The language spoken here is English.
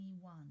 one